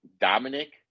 Dominic